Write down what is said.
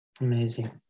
Amazing